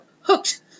hooked